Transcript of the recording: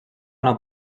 una